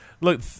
look